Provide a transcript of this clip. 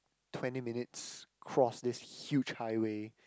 twenty minutes cross this huge high way